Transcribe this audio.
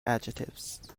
adjectives